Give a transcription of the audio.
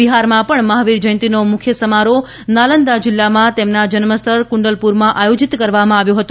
બિહારમાં પણ મહાવીર જયંતિનો મુખ્ય સમારોહ નાલંદા જિલ્લામાં તેમના જન્મસ્થળ કુંડલપુરમાં આયોજીત કરવામાં આવ્યો હતો